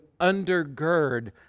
undergird